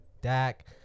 Dak